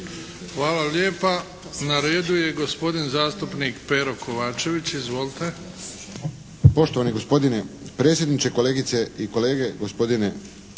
Hvala lijepa. Na redu je gospodin zastupnik Pero Kovačević. Izvolite. **Kovačević, Pero (HSP)** Poštovani gospodine predsjedniče, kolegice i kolege, gospodine